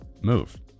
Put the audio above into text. move